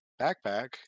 backpack